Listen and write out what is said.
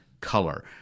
color